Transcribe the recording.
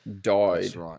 died